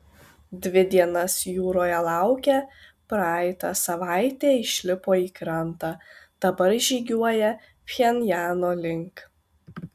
dvi dienas jūroje laukę praeitą savaitę išlipo į krantą dabar žygiuoja pchenjano link